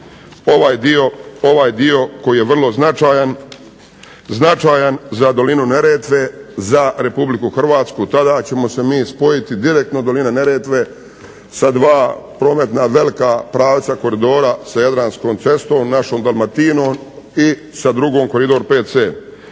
ovaj dio koji je vrlo značajan za dolinu Neretve, za RH tada ćemo se mi spojiti direktno dolina Neretve sa dva prometna velika pravca, koridora sa Jadranskom cestom našom Dalmatinom i sa drugom Koridor VC.